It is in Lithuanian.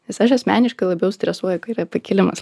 nes aš asmeniškai labiau stresuoju kai yra pakilimas